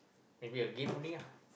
maybe a game only ah